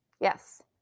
Yes